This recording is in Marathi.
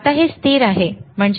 आता हे स्थिर आहे 15